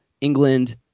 England